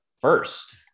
first